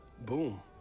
boom